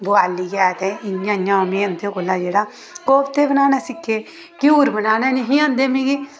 बुआलियै ते इ'यां इ'यां में उं'दे कोला जेह्डे़ कोफ्ते बनाना सिक्खे घ्यूर बनाना नेईं हे औंदे मिगी